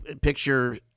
Picture